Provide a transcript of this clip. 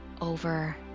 over